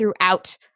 throughout